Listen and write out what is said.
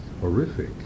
horrific